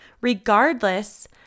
regardless